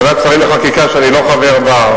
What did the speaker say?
ועדת שרים לחקיקה שאני לא חבר בה,